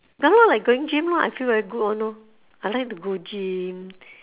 ya lor like going gym lor I feel very good [one] lor I like to go gym